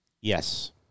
Yes